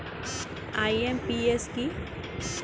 IMPS কি?